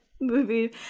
movie